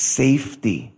safety